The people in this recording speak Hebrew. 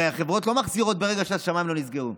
הרי החברות לא מחזירות ברגע שהשמיים לא נסגרים.